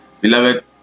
Beloved